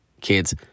kids